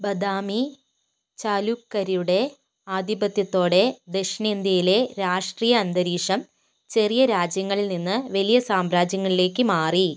ബദാമി ചാലുക്യരുടെ ആധിപത്യത്തോടെ ദക്ഷിണേന്ത്യയിലെ രാഷ്ട്രീയ അന്തരീക്ഷം ചെറിയ രാജ്യങ്ങളിൽ നിന്ന് വലിയ സാമ്രാജ്യങ്ങളിലേക്ക് മാറി